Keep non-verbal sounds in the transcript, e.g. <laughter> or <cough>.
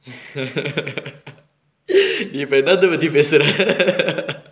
<laughs> <breath> இப்ப என்னத்த பத்தி பேசுற:ippa ennatha paththi pesura <laughs>